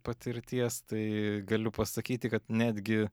patirties tai galiu pasakyti kad netgi